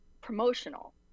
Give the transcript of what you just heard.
promotional